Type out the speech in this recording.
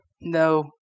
No